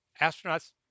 astronauts